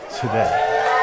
today